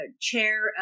chair